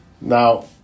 Now